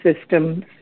systems